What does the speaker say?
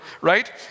right